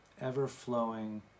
ever-flowing